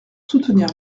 soutenir